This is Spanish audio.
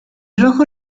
rojo